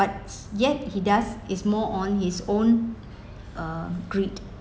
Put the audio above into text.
but yet he does is more on his own uh greed